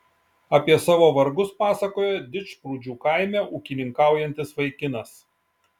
apie savo vargus pasakojo didžprūdžių kaime ūkininkaujantis vaikinas